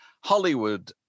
Hollywood